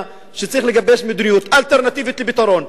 שצריך לגבש מדיניות אלטרנטיבית לפתרון,